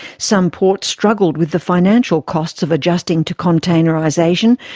some ports struggled with the financial costs of adjusting to containerisation,